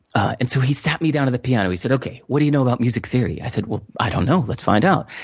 and so, he sat me down at the piano, he said, okay, what do you know about music theory? i said, well, i don't know, let's find out.